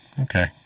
Okay